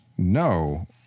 No